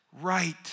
right